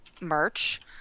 merch